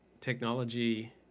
technology